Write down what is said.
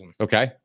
Okay